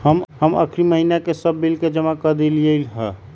हम अखनी महिना के सभ बिल के जमा कऽ देलियइ ह